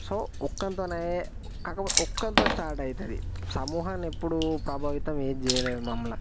so ఒక్కనితోనయ్యే కాకపోతే ఒక్కనితోని స్టార్ట్ అవుతుంది సమూహాన్ని ఎప్పుడు ప్రభావితం ఏది చెయ్యలేదు మమ్ముల